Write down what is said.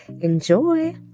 enjoy